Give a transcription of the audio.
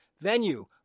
Venue